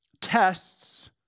tests